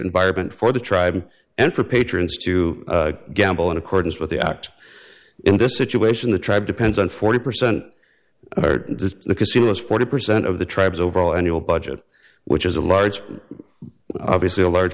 environment for the tribe and for patrons to gamble in accordance with the act in this situation the tribe depends on forty percent just because he was forty percent of the tribes overall annual budget which is a large obviously a large